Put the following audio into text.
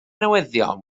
newyddion